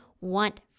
want